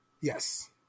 Yes